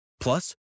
Plus